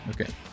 Okay